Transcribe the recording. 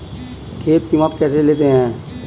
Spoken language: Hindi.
खेत का माप कैसे लेते हैं?